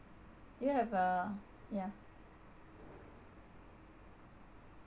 do you have a yeah